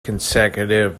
consecutive